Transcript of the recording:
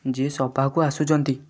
ଯିଏ ସଭାକୁ ଆସୁଛନ୍ତି